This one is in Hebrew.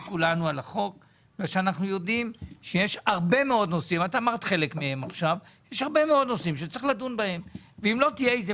אלא בגלל שיש הרבה מאוד נושאים שצריך לדון בהם ואם לא תהיה איזו